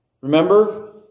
Remember